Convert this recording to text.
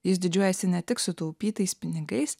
jis didžiuojasi ne tik sutaupytais pinigais